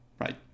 Right